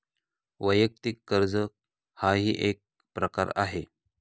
वैयक्तिक कर्ज हाही एक प्रकार आहे